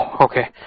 Okay